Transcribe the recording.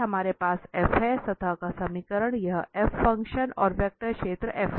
हमारे पास f हैं सतह का समीकरण यह फ़ंक्शन और वेक्टर क्षेत्र है